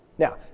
Now